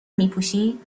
میپوشین